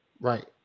Right